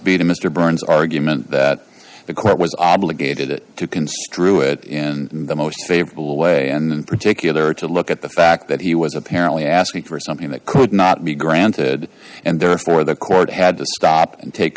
be to mr burns argument that the court was obligated to construe it in the most favorable way and in particular to look at the fact that he was apparently asking for something that could not be granted and therefore the court had to stop and take